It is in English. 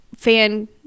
Fan